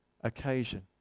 occasion